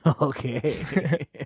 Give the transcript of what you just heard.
Okay